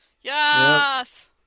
Yes